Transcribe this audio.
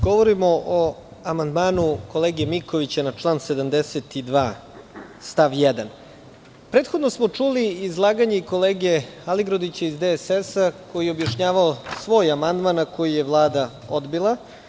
Govorim o amandmanu kolege Mikovića na član 72. stav 1. Prethodno smo čuli izlaganje i kolege Aligrudića iz DSS, koji je objašnjavao svoj amandman, a koji je Vlada odbila.